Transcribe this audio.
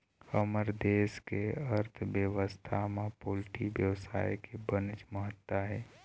हमर देश के अर्थबेवस्था म पोल्टी बेवसाय के बनेच महत्ता हे